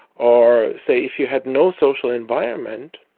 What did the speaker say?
or, say, if you had no social environment,